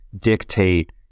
dictate